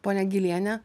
ponia giliene